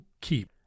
keep